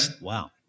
Wow